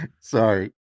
Sorry